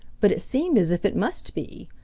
but it seemed as if it must be,